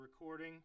recording